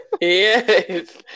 yes